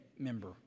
member